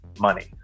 money